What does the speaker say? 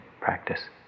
practice